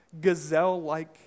gazelle-like